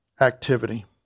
activity